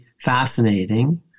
fascinating